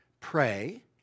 Pray